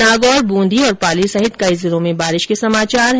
नागौर बूंदी और पाली सहित कई जिलों में बारिश हुई